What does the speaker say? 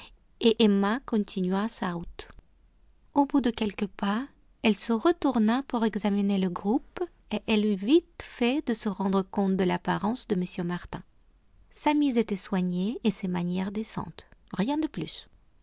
et emma continua sa route au bout de quelques pas elle se retourna pour examiner le groupe et elle eut vite fait de se rendre compte de l'apparence de m martin sa mise était soignée et ses manières décentes rien de plus